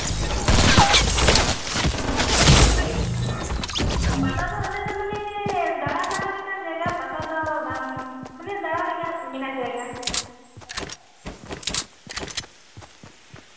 ᱯᱟᱛᱟ ᱫᱚ ᱚᱸᱰᱮ ᱫᱚ ᱢᱟᱱᱮ ᱫᱟᱬᱟ ᱵᱟᱲᱟᱭ ᱞᱮᱠᱟ ᱡᱟᱭᱜᱟ ᱯᱟᱛᱟ ᱫᱚ ᱵᱟᱝ ᱢᱟᱱᱮ ᱫᱟᱬᱟ ᱞᱮᱠᱟ ᱢᱮᱱᱟᱜᱼᱟ ᱡᱟᱭᱜᱟ